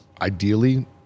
ideally